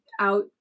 out